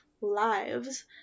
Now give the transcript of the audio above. lives